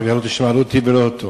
אחר כך לא תשמע לא אותי ולא אותו.